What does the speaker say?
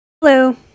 Hello